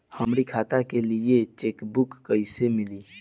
हमरी खाता के लिए चेकबुक कईसे मिली?